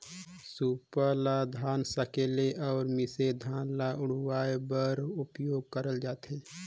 सूपा ल धान सकेले अउ मिसे धान ल उड़वाए बर उपियोग करल जाथे